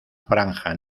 franja